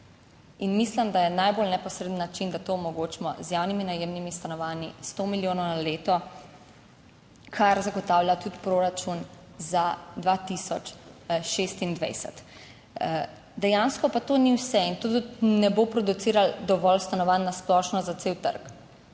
In mislim, da je najbolj neposreden način, da to omogočimo z javnimi najemnimi stanovanji, sto milijonov na leto, kar zagotavlja tudi proračun za 2026. Dejansko pa to ni vse in to tudi ne bo produciralo dovolj stanovanj na splošno za cel trg.